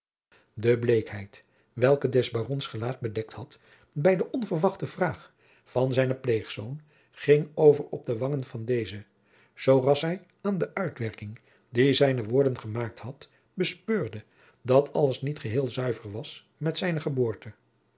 de bleekheid welke des barons gelaat bedekt had bij de onverwachte vraag van zijnen pleegzoon ging over op de wangen van dezen zooras hij aan de uitwerking die zijne woorden gemaakt had bespeurde dat alles niet geheel zuiver was met zijne geboorte